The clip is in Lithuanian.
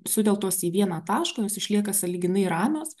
sukeltos į vieną tašką jos išlieka sąlyginai ramios